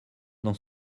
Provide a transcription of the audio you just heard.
dans